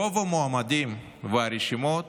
ורוב המועמדים והרשימות